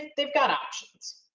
they've got options.